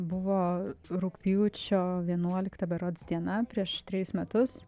buvo rugpjūčio vienuolikta berods diena prieš trejus metus